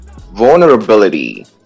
Vulnerability